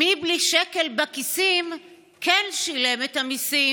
/ מי בלי שקל בכיסים / כן שילם את המיסים?